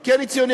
כי אני ציוני.